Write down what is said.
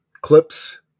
clips